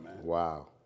Wow